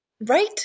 Right